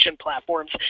platforms